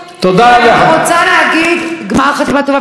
אני רוצה להגיד גמר חתימה טובה ושנה טובה.